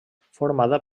formada